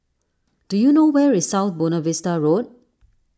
do you know where is South Buona Vista Road